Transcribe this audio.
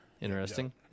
Interesting